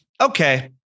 okay